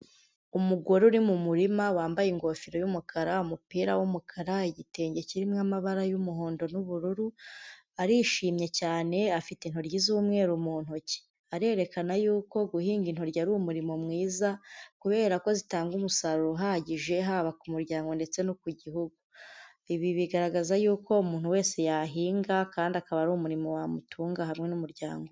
Umugore uri mu murima wambaye ingofero y'umukara, umupira w'umukara, igitenge kirimo amabara y'umuhondo n'ubururu, arishimye cyane afite intoryi z'umweru mu ntoki. Arerekana yuko guhinga intoryi ari umurimo mwiza, kubera ko zitanga umusaruro uhagije haba ku muryango ndetse no ku Gihugu. Ibi bigaragaza yuko umuntu wese yahinga, kandi akaba ari umurimo wamutunga hamwe n'umuryango.